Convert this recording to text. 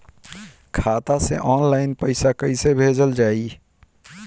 खाता से ऑनलाइन पैसा कईसे भेजल जाई?